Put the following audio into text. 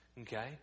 okay